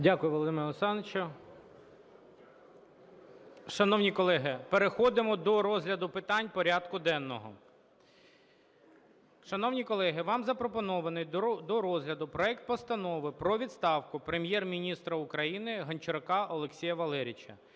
Дякую, Володимире Олександровичу. Шановні колеги, переходимо до розгляду питань порядку денного. Шановні колеги, вам запропонований до розгляду проект Постанови про відставку Прем’єр-міністра України Гончарука Олексія Валерійовича